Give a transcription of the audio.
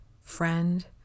friend